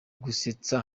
gusetsa